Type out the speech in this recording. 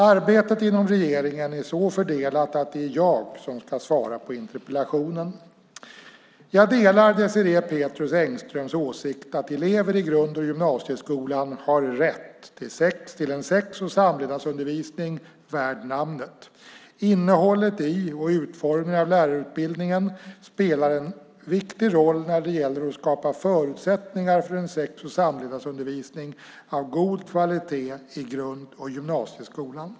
Arbetet inom regeringen är så fördelat att det är jag som ska svara på interpellationen. Jag delar Désirée Pethrus Engströms åsikt att elever i grund och gymnasieskolan har rätt till en sex och samlevnadsundervisning värd namnet. Innehållet i och utformningen av lärarutbildningen spelar en viktig roll när det gäller att skapa förutsättningar för en sex och samlevnadsundervisning av god kvalitet i grund och gymnasieskolan.